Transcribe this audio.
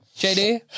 JD